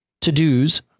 to-dos